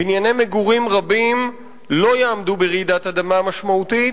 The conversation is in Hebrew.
בנייני מגורים רבים לא יעמדו ברעידת אדמה משמעותית,